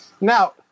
Now